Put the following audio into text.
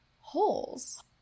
Holes